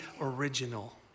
original